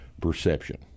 perception